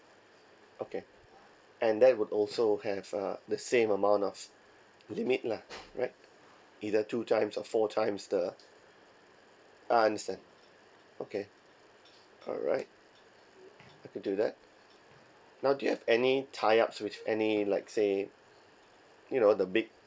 okay and that would also have uh the same amount of limit lah right either two times or four times the ah understand okay alright do that now do you have any tie ups with any like say you know the big